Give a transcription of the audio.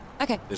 Okay